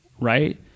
right